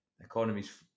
economies